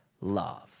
love